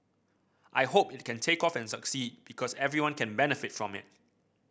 I hope it can take off and succeed because everyone can benefit from it